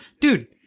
dude